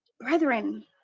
Brethren